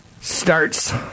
starts